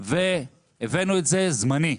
הנכסף והבאנו את זה זמני,